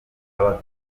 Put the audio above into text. aba